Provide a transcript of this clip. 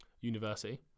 university